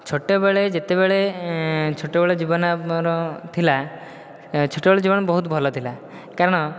ଛୋଟବେଳେ ଯେତେବେଳେ ଛୋଟବେଳେ ଜୀବନ ମୋର ଥିଲା ଛୋଟବେଳେ ଜୀବନ ବହୁତ ଭଲ ଥିଲା କାରଣ